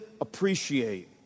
appreciate